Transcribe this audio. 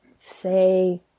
say